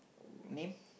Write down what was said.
name